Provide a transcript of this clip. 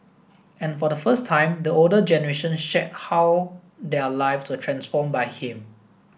and for the first time the older generation shared how their lives were transformed by him